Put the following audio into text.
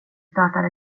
startar